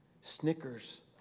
Snickers